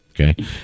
okay